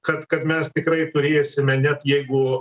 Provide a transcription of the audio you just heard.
kad kad mes tikrai turėsime net jeigu